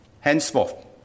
Henceforth